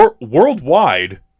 worldwide